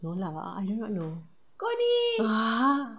no lah but I I do not know